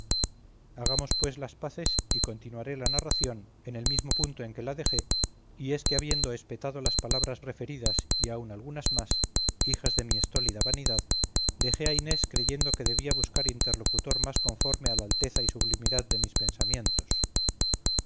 hagamos pues las paces y continuaré la narración en el mismo punto en que la dejé y es que habiendo espetado las palabras referidas y aun algunas más hijas de mi estólida vanidad dejé a inés creyendo que debía buscar interlocutor más conforme a la alteza y sublimidad de mis pensamientos